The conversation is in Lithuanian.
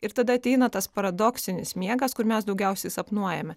ir tada ateina tas paradoksinis miegas kur mes daugiausiai sapnuojame